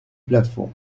plafond